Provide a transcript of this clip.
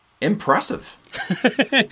impressive